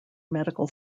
medical